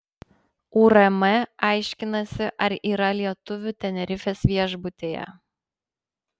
urm aiškinasi ar yra lietuvių tenerifės viešbutyje